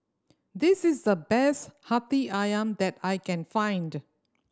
this is the best Hati Ayam that I can find